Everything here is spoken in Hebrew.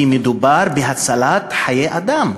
כי מדובר בהצלת חיי אדם.